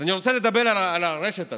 אז אני רוצה לדבר על הרשת הזאת.